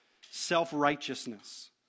self-righteousness